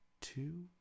two